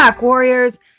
Warriors